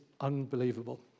unbelievable